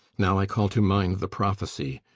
now i call to mind the prophesy,